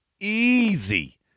easy